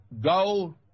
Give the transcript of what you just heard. go